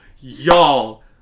Y'all